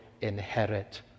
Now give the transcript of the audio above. inherit